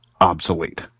obsolete